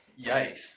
Yikes